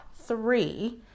three